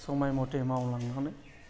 समाय मथै मावलांनानै